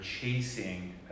chasing